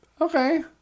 Okay